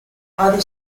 other